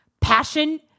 Passion